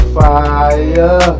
fire